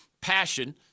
passion